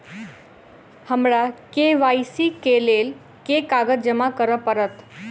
हमरा के.वाई.सी केँ लेल केँ कागज जमा करऽ पड़त?